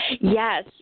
Yes